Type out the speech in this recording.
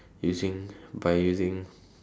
using by using